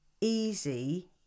easy